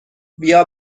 بیا